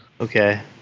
Okay